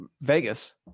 Vegas